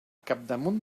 capdamunt